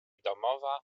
domowa